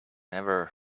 never